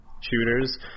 shooters